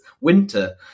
winter